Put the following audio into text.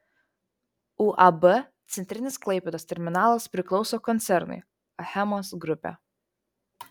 uab centrinis klaipėdos terminalas priklauso koncernui achemos grupė